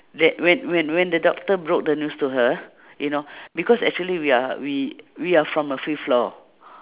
that when when when the doctor broke the news to her you know because actually we are we we are from the fifth floor